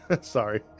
Sorry